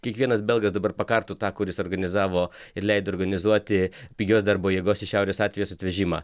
kiekvienas belgas dabar pakartų tą kuris organizavo ir leido organizuoti pigios darbo jėgos iš šiaurės atvejus atvežimą